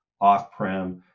off-prem